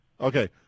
Okay